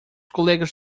colegas